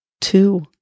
two